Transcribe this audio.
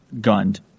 gunned